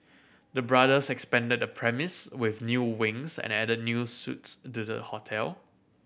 the brothers expanded the premise with new wings and added new suites to the hotel